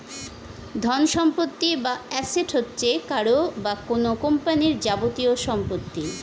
ধনসম্পত্তি বা অ্যাসেট হচ্ছে কারও বা কোন কোম্পানির যাবতীয় সম্পত্তি